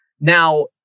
Now